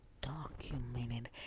documented